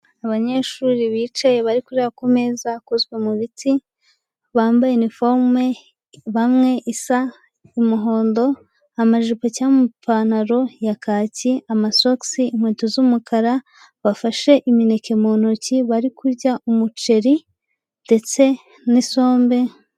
Abanyeshuri bicaye bari kurira ku meza akozwe mu biti, bambaye iniforume, bamwe isa umuhondo, amajipo cyangwa amapantaro ya kaki, amasogisi, inkweto z'umukara, bafashe imineke mu ntoki, bari kurya umuceri ndetse n'isombe.